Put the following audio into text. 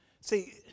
See